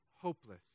hopeless